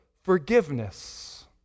forgiveness